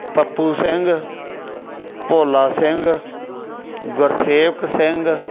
Pappu Singh Bhola Singh Gursevak Singh